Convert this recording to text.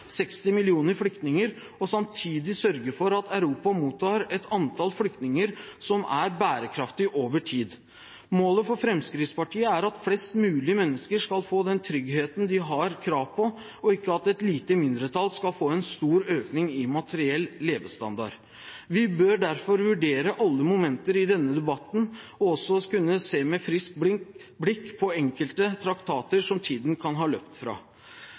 60 millioner flyktninger og samtidig sørge for at Europa mottar et antall flyktninger som er bærekraftig over tid. Målet for Fremskrittspartiet er at flest mulig mennesker skal få den tryggheten de har krav på, og ikke at et lite mindretall skal få en stor økning i materiell levestandard. Vi bør derfor vurdere alle momenter i denne debatten og også kunne se med friskt blikk på enkelte traktater som tiden kan ha løpt fra.